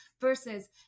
versus